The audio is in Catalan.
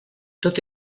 tot